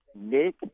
Nick